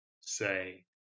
say